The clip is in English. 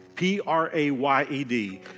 P-R-A-Y-E-D